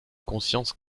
conscience